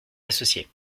associé